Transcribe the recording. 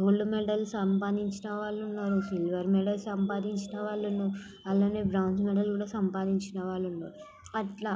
gold medal సంపాదించిన వాళ్ళు ఉన్నారు సిల్వర్ మెడల్ సంపాదించిన వాళ్ళు ఉన్నారు అలానే బ్రాంజ్ మెడల్ కూడా సంపాదించిన వాళ్ళు ఉన్నారు అట్లా